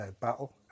battle